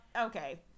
Okay